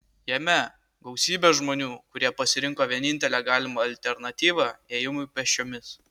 jame gausybė žmonių kurie pasirinko vienintelę galimą alternatyvą ėjimui pėsčiomis